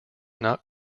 not